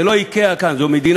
זה לא "איקאה" כאן, זו מדינה.